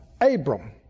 Abram